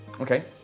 Okay